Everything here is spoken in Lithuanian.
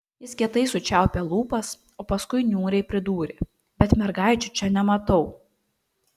jis kietai sučiaupė lūpas o paskui niūriai pridūrė bet mergaičių čia nematau